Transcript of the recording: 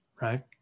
right